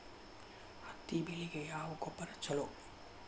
ಹತ್ತಿ ಬೆಳಿಗ ಯಾವ ಗೊಬ್ಬರ ಛಲೋ?